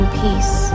peace